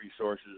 resources